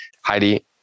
Heidi